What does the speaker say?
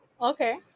Okay